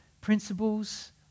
principles